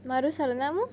મારું સરનામું